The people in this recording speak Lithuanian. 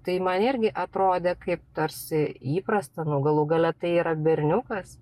tai man irgi atrodė kaip tarsi įprasta nu galų gale tai yra berniukas